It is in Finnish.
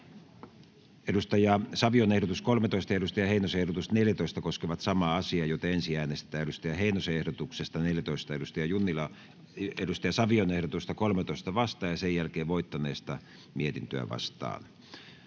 Sami Savion ehdotus 13 ja Timo Heinosen ehdotus 14 koskevat samaa asiaa, joten ensin äänestetään Timo Heinosen ehdotuksesta 14 Sami Savion ehdotusta 13 vastaan ja sen jälkeen voittaneesta mietintöä vastaan.